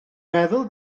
meddwl